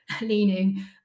leaning